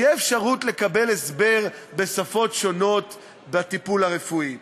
שתהיה אפשרות לקבל הסבר בשפות שונות על הטיפול הרפואי.